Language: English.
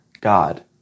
God